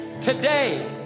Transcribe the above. Today